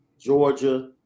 Georgia